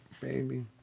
baby